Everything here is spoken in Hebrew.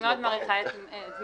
אני מאוד מעריכה את מאיר.